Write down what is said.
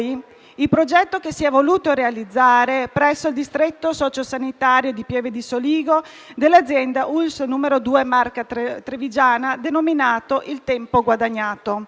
il progetto che si è voluto realizzare presso il distretto socio-sanitario di Pieve di Soligo, dell'azienda ULSS n. 2 Marca trevigiana denominato «Il tempo guadagnato».